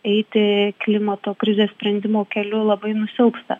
eiti klimato krizės sprendimo keliu labai nusilpsta